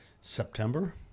September